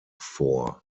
vor